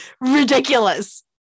ridiculous